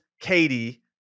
Katie